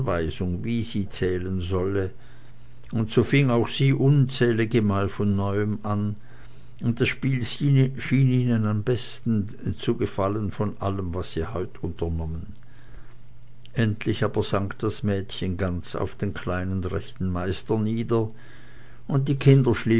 wie sie zählen solle und so fing auch sie unzähligemal von neuem an und das spiel schien ihnen am besten zu gefallen von allem was sie heut unternommen endlich aber sank das mädchen ganz auf den kleinen rechenmeister nieder und die kinder